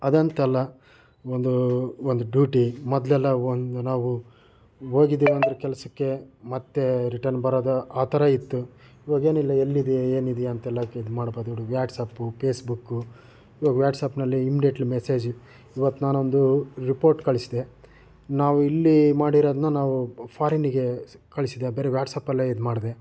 ಅದಂತಲ್ಲ ಒಂದು ಒಂದು ಡ್ಯೂಟಿ ಮೊದಲೆಲ್ಲ ಒಂದು ನಾವು ಹೋಗಿದ್ದೇವೆಂದರೆ ಕೆಲಸಕ್ಕೆ ಮತ್ತೆ ರಿಟನ್ ಬರೋದು ಆ ಥರ ಇತ್ತು ಇವಾಗೇನಿಲ್ಲ ಎಲ್ಲಿದ್ದೀಯ ಏನಿದ್ದೀಯ ಅಂತೆಲ್ಲ ಕೇಳಿ ಇದು ಮಾಡ್ಬೋದು ವ್ಯಾಟ್ಸಪ್ಪು ಪೇಸ್ಬುಕ್ಕು ಇವಾಗ ವ್ಯಾಟ್ಸಪ್ನಲ್ಲಿ ಇಮ್ಡಿಯೆಟ್ಲಿ ಮೆಸೇಜ್ ಇವತ್ತು ನಾನೊಂದು ರಿಪೋರ್ಟ್ ಕಳಿಸಿದೆ ನಾವು ಇಲ್ಲಿ ಮಾಡಿರೋದನ್ನು ನಾವು ಫಾರಿನ್ನಿಗೆ ಕಳಿಸಿದೆ ಬರಿ ವ್ಯಾಟ್ಸಪ್ಪಲ್ಲೇ ಇದ್ಮಾಡಿದೆ